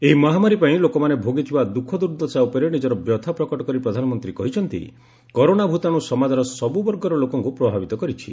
ଏହି ମହାମାରୀ ପାଇଁ ଲୋକମାନେ ଭୋଗିଥିବା ଦୁଞ୍ଖ ଦୁର୍ଦ୍ଦଶା ଉପରେ ନିକର ବ୍ୟଥା ପ୍ରକଟ କରି ପ୍ରଧାନମନ୍ତ୍ରୀ କହିଛନ୍ତି କରୋନାଭୂତାଣୁ ସମାଜର ସବୁବର୍ଗର ଲୋକଙ୍କୁ ପ୍ରଭାବିତ କରିଛି